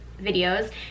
videos